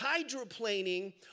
hydroplaning